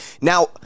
Now